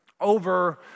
over